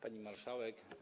Pani Marszałek!